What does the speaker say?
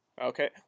Okay